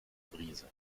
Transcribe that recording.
brise